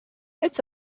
it’s